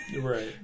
Right